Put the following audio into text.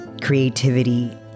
creativity